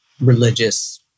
religious